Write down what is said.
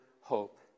hope